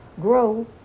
Grow